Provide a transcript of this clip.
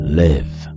live